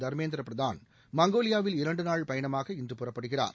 தர்மேந்திர பிரதான் மங்கோலியாவில் இரண்டு நாள் பயணமாக இன்று புறப்படுகிறார்